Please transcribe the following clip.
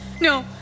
No